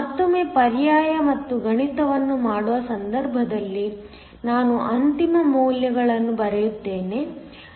ಮತ್ತೊಮ್ಮೆ ಪರ್ಯಾಯ ಮತ್ತು ಗಣಿತವನ್ನು ಮಾಡುವ ಸಂದರ್ಭದಲ್ಲಿ ನಾನು ಅಂತಿಮ ಮೌಲ್ಯಗಳನ್ನು ಬರೆಯುತ್ತೇನೆ